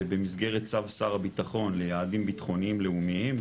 במסגרת צו שר הביטחון ליעדים ביטחוניים לאומיים,